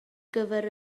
gyfer